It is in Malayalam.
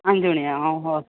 അഞ്ച് മണിയോ ആ ഓക്കേ